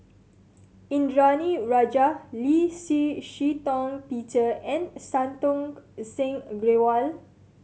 Indranee Rajah Lee Shih Shiong Peter and Santokh Singh Grewal